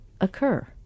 occur